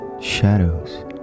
shadows